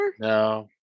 no